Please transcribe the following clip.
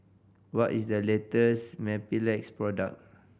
what is the latest Mepilex product